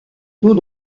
tout